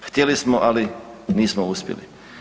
Htjeli smo ali nismo uspjeli.